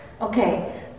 Okay